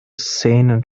szenen